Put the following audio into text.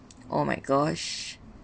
oh my gosh